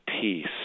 peace